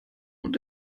und